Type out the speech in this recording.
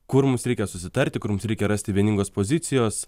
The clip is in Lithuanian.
kur mums reikia susitarti kur mums reikia rasti vieningos pozicijos